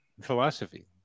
philosophy